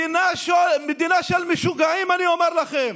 מדינה של משוגעים, אני אומר לכם.